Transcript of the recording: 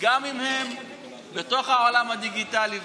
גם אם הם בתוך העולם הדיגיטלי,